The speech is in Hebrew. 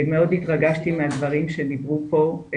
מאוד התרגשתי מהדברים שדיברו פה,